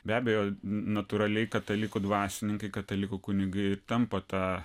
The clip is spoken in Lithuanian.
be abejo natūraliai katalikų dvasininkai katalikų kunigai ir tampa ta